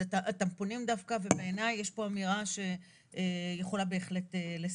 טמפונים דווקא ובעיניי יש כאן אמירה שיכולה בהחלט לסייע.